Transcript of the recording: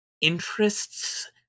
interests